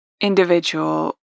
individual